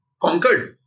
conquered